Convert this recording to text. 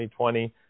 2020